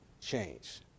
change